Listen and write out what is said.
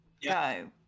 go